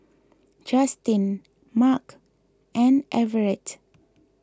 Justin Marc and Everette